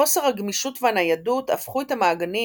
חוסר הגמישות והניידות הפכו את המעגנים